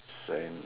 sand